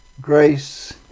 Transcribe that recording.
Grace